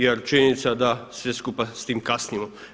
Jer činjenica da svi skupa s tim kasnimo.